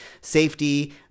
safety